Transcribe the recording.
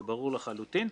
זה ברור לחלוטין.